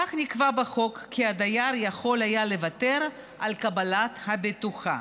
כמו כן נקבע בחוק כי הדייר יכול היה לוותר על קבלת הבטוחה.